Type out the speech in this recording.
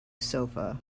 sofa